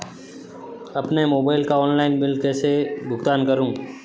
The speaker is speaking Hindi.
अपने मोबाइल का ऑनलाइन बिल कैसे भुगतान करूं?